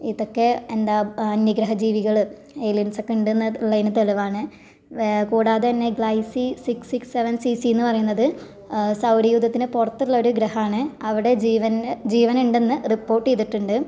ഇതൊക്കെ എന്താ അന്യഗ്രഹജീവികള് ഏലിയൻസ് ഒക്കെ ഉണ്ട് എന്ന് ഉള്ളതിന് തെളിവാണ് കൂടാതെ തന്നെ Gliese six six seven C C എന്ന് പറയുന്നത് സൗരയൂഥത്തിന് പുറത്തുള്ള ഒരു ഗ്രഹമാണ് അവിടെ ജീവൻ്റെ ജീവനുണ്ടെന്ന് റിപ്പോർട്ട് ചെയ്തിട്ടുണ്ട്